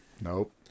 Nope